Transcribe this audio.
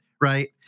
right